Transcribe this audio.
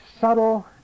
subtle